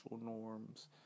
norms